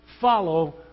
follow